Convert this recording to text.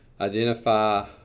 identify